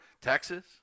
Texas